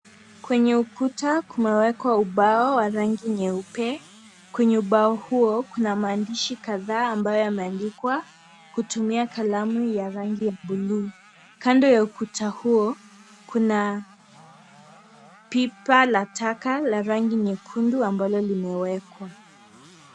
Kwenye ukuta kumewekwa ubao wa rangi nyeupe. Kwenye ubao huo kuna maandishi kadhaa ambayo yameandikwa kutumia kalamu ya rangi ya buluu. Kando ya ukuta huo kuna pipa la taka la rangi nyekundu ambalo limewekwa.